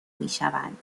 میشوند